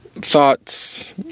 thoughts